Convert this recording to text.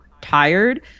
tired